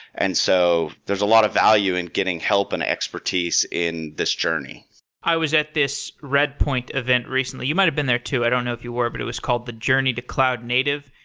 and so there's a value in getting help and expertise in this journey i was at this redpoint event recently. you might have been there too. i don't know if you were, but it was called the journey to cloud native,